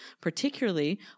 particularly